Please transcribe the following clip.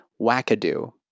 wackadoo